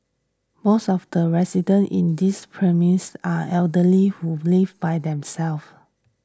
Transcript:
most of the residents in this precinct are elderly who live by themselves